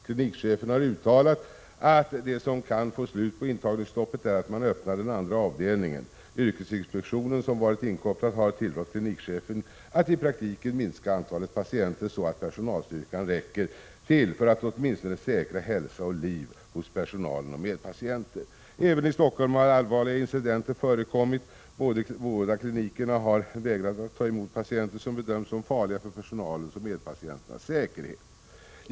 Klinikchefen har uttalat att det som kan få slut på intagningsstoppet är att man öppnar den andra avdelningen. Yrkesinspektionen, som har varit inkopplad, har tillrått klinikchefen att i praktiken minska antalet patienter, så att personalstyrkan räcker till för att åtminstone säkra hälsa och liv hos personalen och medpatienter. Även i Stockholm har allvarliga incidenter förekommit. Båda klinikerna har vägrat att ta emot patienter som bedöms som farliga för personalens och medpatienternas säkerhet.